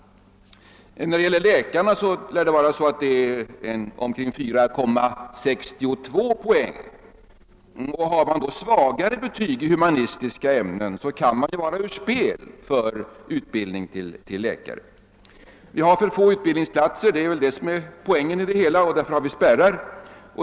För att bli läkare lär fordras 4,62 poäng, och har man då svagare betyg i humanistiska ämnen kan man vara ur spelet för utbildning till läkare. Vi har för få utbildningsplatser, och det är väl förklaringen till att vi har spärrar.